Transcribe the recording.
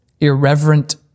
irreverent